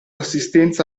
assistenza